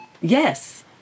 Yes